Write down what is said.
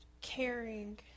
caring